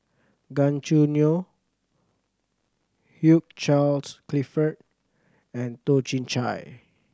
Gan Choo Neo Hugh Charles Clifford and Toh Chin Chye